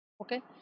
okay